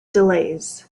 delays